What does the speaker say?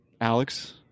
Alex